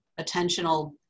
attentional